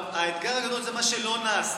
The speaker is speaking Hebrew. אבל האתגר הגדול זה מה שלא נעשה.